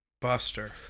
Buster